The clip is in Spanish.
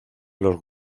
los